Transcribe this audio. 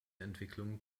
entwicklung